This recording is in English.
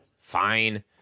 Fine